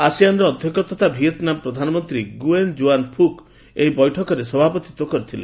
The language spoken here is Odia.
ଆସିଆନ୍ର ଅଧ୍ୟକ୍ଷ ତଥା ଭିଏତ୍ନାମ୍ ପ୍ରଧାନମନ୍ତ୍ରୀ ଗୁଏନ୍ ଜୋଆନ୍ ଫୁକ୍ ଏହି ବୈଠକରେ ସଭାପତିତ୍ୱ କରିଥିଲେ